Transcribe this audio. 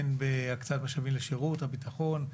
הן בהקצאת משאבים לשירות הביטחון,